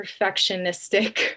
perfectionistic